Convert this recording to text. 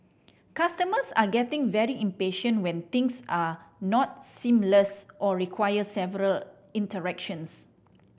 customers are getting very impatient when things are not seamless or require several interactions